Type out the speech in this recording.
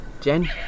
Jen